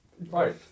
right